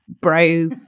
bro